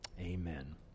Amen